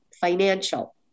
financial